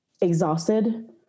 exhausted